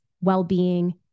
well-being